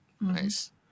Nice